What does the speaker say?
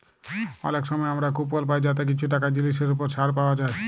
অলেক সময় আমরা কুপল পায় যাতে কিছু টাকা জিলিসের উপর ছাড় পাউয়া যায়